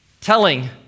telling